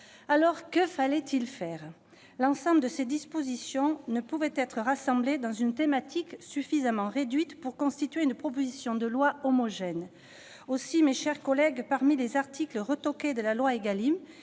rural. Que fallait-il faire alors ? L'ensemble de ces dispositions ne pouvant être rassemblé dans une thématique suffisamment réduite pour constituer une proposition de loi homogène, j'ai souhaité constituer, parmi les articles retoqués de la loi Égalim,